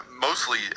mostly